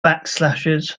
backslashes